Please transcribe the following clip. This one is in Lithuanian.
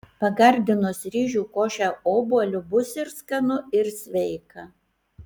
pagardinus ryžių košę obuoliu bus ir skanu ir sveika